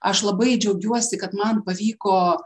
aš labai džiaugiuosi kad man pavyko